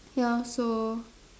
ya so